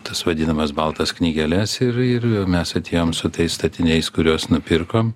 tas vadinamas baltas knygeles ir ir mes atėjom su tais statiniais kuriuos nupirkom